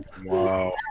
Wow